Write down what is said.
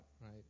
right